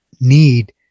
need